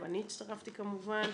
אני הצטרפתי כמובן,